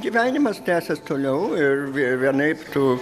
gyvenimas tęsias toliau ir vie vienaip tu